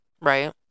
right